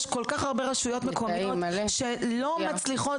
יש כל כך הרבה רשויות מקומיות שלא מצליחות.